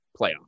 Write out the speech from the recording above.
Playoff